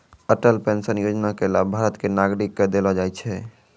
Atal pension Yojana के लाभ भारत के नागरिक क देलो जाय छै